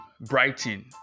Brighton